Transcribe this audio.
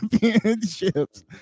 championships